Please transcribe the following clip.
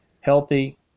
healthy